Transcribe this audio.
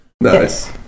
Nice